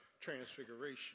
Transfiguration